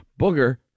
Booger